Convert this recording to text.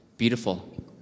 beautiful